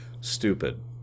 stupid